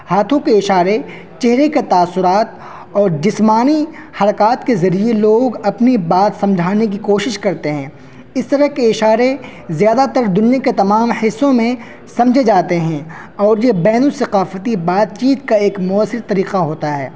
ہاتھوں کے اشارے چہرے کا تاثرات اور جسمانی حرکات کے ذریعے لوگ اپنی بات سمجھانے کی کوشش کرتے ہیں اس طرح کے اشارے زیادہ تر دنیا کے تمام حصوں میں سمجھے جاتے ہیں اور یہ بین الثقافتی بات چیت کا ایک مؤثر طریقہ ہوتا ہے